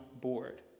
board